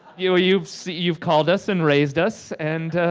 you know you've so you've called us and raised us and